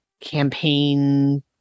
campaign